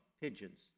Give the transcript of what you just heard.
pigeons